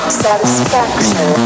satisfaction